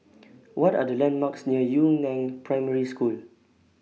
What Are The landmarks near Yu Neng Primary School